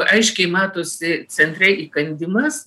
aiškiai matosi centre įkandimas